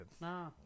No